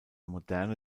moderne